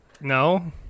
No